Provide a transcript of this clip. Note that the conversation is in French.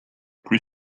plus